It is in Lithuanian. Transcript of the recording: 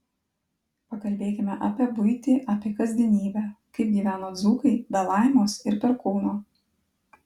pakalbėkime apie buitį apie kasdienybę kaip gyveno dzūkai be laimos ir perkūno